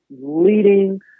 leading